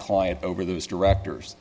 client over those directors